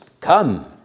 come